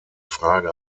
frage